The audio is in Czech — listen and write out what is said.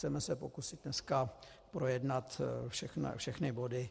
Chceme se pokusit dneska projednat všechny body.